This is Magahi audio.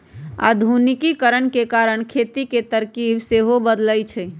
आधुनिकीकरण के कारण खेती के तरकिब सेहो बदललइ ह